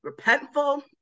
repentful